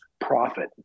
profit